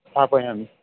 स्थापयामि